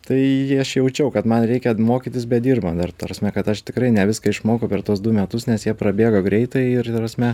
tai aš jaučiau kad man reikia mokytis bedirban dar ta prasme kad aš tikrai ne viską išmokau per tuos du metus nes jie prabėgo greitai ir ta prasme